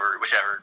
whichever